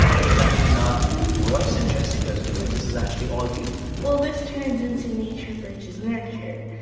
this is actually not royce and jessica's doing this is actually all you well, this turns into nature versus nurture,